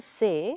say